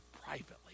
privately